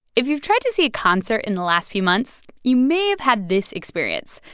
if you've tried to see a concert in the last few months, you may have had this experience.